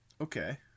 Okay